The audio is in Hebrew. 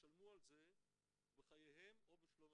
ישלמו על זה בחייהם או בשלומם.